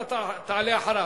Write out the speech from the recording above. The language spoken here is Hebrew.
אתה תעלה אחריו.